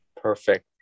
Perfect